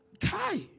Kai